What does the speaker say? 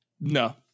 No